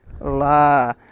la